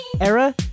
era